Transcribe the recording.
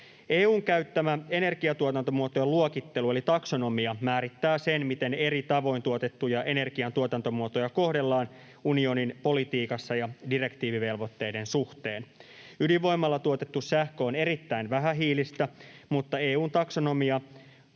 EU:n käyttämä energiatuotantomuotojen luokittelu eli taksonomia määrittää sen, miten eri tavoin tuotettuja energian tuotantomuotoja kohdellaan unionin politiikassa ja direktiivivelvoitteiden suhteen. Ydinvoimalla tuotettu sähkö on erittäin vähähiilistä, mutta EU:n taksonomia